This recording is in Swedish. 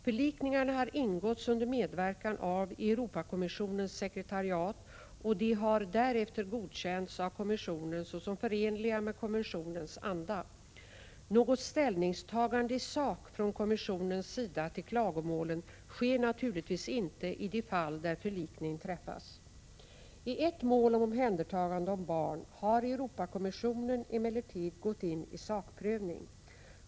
Förlikningarna har ingåtts under medverkan av Europakommissionens sekretariat, och de har därefter godkänts av kommissionen såsom förenliga med konventionens anda. Något ställningstagande i sak från kommissionens sida till klagomålen sker naturligtvis inte i de fall där förlikning träffas. I ett mål om omhändertagande av barn har Europakommissionen emellertid gått in i sakprövning.